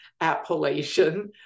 appellation